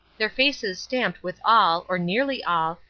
their faces stamped with all, or nearly all,